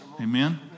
Amen